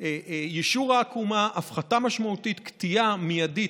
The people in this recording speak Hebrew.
יישור העקומה, הפחתה משמעותית, קטיעה מיידית.